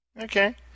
Okay